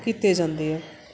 ਕੀਤੇ ਜਾਂਦੇ ਹੈ